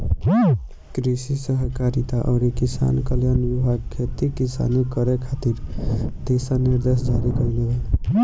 कृषि सहकारिता अउरी किसान कल्याण विभाग खेती किसानी करे खातिर दिशा निर्देश जारी कईले बा